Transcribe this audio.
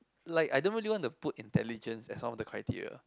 like I don't really want to put intelligence as one of the criteria